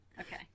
Okay